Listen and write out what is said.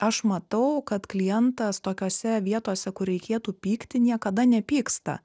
aš matau kad klientas tokiose vietose kur reikėtų pykti niekada nepyksta